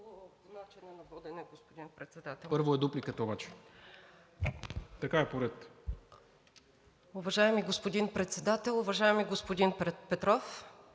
Първо е дупликата обаче. Така е по ред.